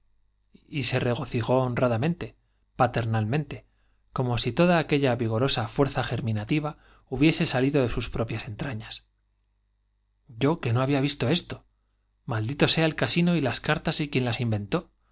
y se regocijó honradamente paternalmente como si toda fuerza germinati va hubiese aquella vigorosa salido de sus propias entraiias i yo que no había visto esto i maldito sea el casino y las cartas y quien las inventó